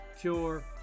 cure